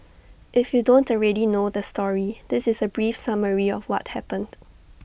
if you don't already know the story this is A brief summary of what happened